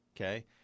okay